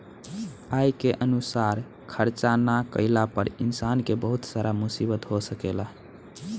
आय के अनुसार खर्चा ना कईला पर इंसान के बहुत सारा मुसीबत हो सकेला